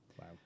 Wow